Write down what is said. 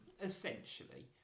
essentially